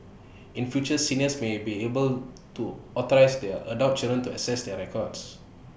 in future seniors may be able to authorise their adult children to access their records